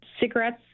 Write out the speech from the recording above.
cigarettes